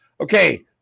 Okay